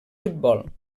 futbol